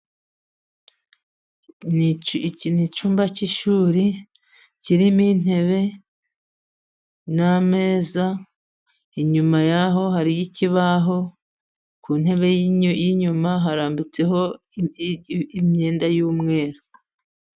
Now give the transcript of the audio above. Iki ni icyumba cy'ishuri kirimo intebe n'ameza ,inyuma y'aho hariyo ikibaho, ku ntebe y'inyuma harambitseho imyenda y'umweru.